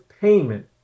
payment